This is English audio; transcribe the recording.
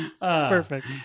Perfect